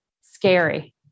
Scary